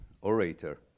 orator